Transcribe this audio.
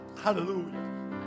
hallelujah